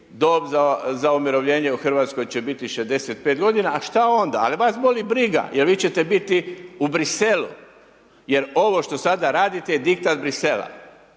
dob za umirovljenje u Hrvatskoj će biti 65 g. a šta onda, ali vas boli briga jer vi ćete biti u Bruxellesu jer ovo što sada radite je diktat Bruxellesa